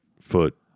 foot